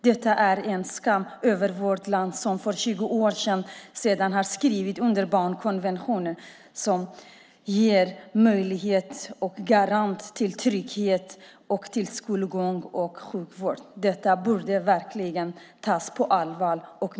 Detta är en skam för vårt land som för 20 år sedan skrev under barnkonventionen som garanterar barn trygghet, skolgång och sjukvård. Detta borde verkligen tas på allvar.